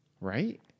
right